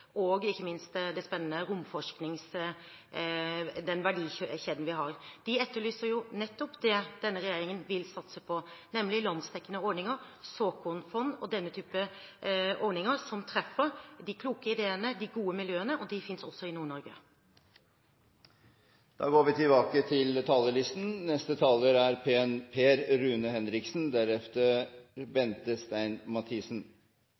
og ikke minst den spennende romforskningen og den verdikjeden som er der. De etterlyser nettopp det denne regjeringen vil satse på, nemlig landsdekkende ordninger, såkornfond og denne type ordninger som treffer de kloke ideene og de gode miljøene, og de finnes også i Nord-Norge. Replikkordskiftet er